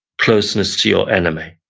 closeness to your enemy.